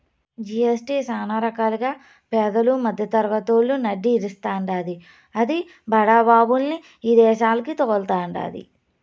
GST సానా రకాలుగా పేదలు, మద్దెతరగతోళ్ళు నడ్డి ఇరస్తాండాది, అది బడా బాబుల్ని ఇదేశాలకి తోల్తండాది